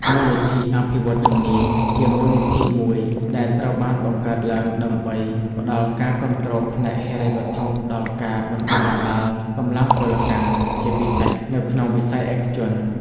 មូលនិធិអភិវឌ្ឍន៍ជំនាញ ជាមូលនិធិមួយដែលត្រូវបានបង្កើតឡើងដើម្បីផ្តល់ការគាំទ្រផ្នែកហិរញ្ញវត្ថុដល់ការបណ្តុះបណ្តាលកម្លាំងពលកម្ម ជាពិសេសនៅក្នុងវិស័យឯកជន។